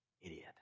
idiot